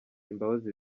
imbabazi